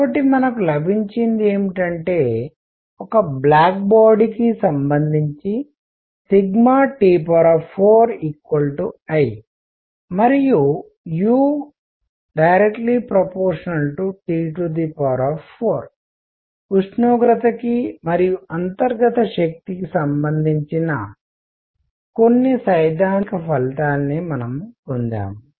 కాబట్టి మనకు లభించింది ఏమిటంటే ఒక బ్లాక్ బాడీ కు సంబంధించి T4 I మరియు u T4 ఉష్ణోగ్రతకి మరియు అంతర్గత శక్తికి సంబంధించిన కొన్ని సైద్ధాంతిక ఫలితాన్ని మనము పొందాము